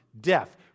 death